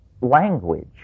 language